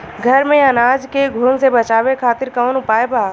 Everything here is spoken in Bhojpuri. घर में अनाज के घुन से बचावे खातिर कवन उपाय बा?